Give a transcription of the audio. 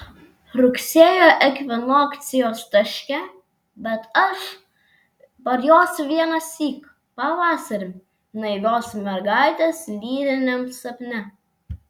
rugsėjo ekvinokcijos taške bet aš parjosiu vienąsyk pavasarį naivios mergaitės lyriniam sapne